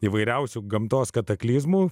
įvairiausių gamtos kataklizmų